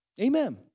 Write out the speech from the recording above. Amen